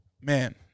man